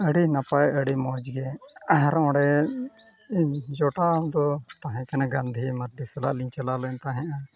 ᱟᱹᱰᱤ ᱱᱟᱯᱟᱭ ᱟᱹᱰᱤ ᱢᱚᱡᱽᱜᱮ ᱟᱨ ᱚᱸᱰᱮ ᱡᱚᱴᱟᱣ ᱫᱚ ᱛᱟᱦᱮᱸ ᱠᱟᱱᱟ ᱜᱟᱹᱱᱫᱷᱤ ᱢᱟᱹᱨᱰᱤ ᱥᱟᱞᱟᱜ ᱞᱤᱧ ᱪᱟᱞᱟᱣ ᱞᱮᱱ ᱛᱟᱦᱮᱱᱟ